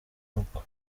uko